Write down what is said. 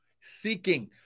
seeking